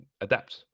adapt